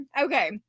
okay